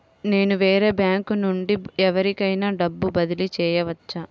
నేను వేరే బ్యాంకు నుండి ఎవరికైనా డబ్బు బదిలీ చేయవచ్చా?